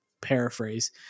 paraphrase